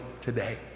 today